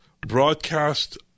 broadcast